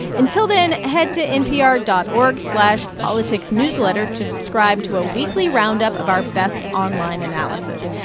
until then, head to npr dot org slash politicsnewsletter to subscribe to a weekly roundup of our best online analysis.